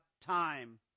time